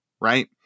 right